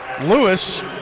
Lewis